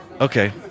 Okay